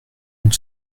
une